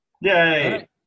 yay